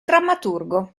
drammaturgo